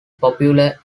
popular